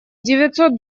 девятьсот